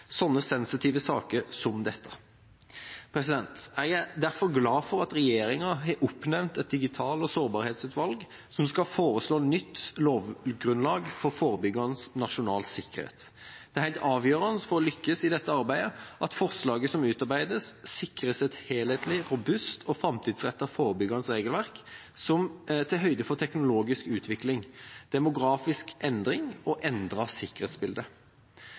sensitive saker som disse. Jeg er derfor glad for at regjeringa har oppnevnt et digital- og sårbarhetsutvalg som skal foreslå nytt lovgrunnlag for forebyggende nasjonal sikkerhet. Det er helt avgjørende for å lykkes i dette arbeidet at forslaget som utarbeides, sikrer et helhetlig, robust og framtidsrettet forebyggende regelverk som tar høyde for teknologisk utvikling, demografiske endringer og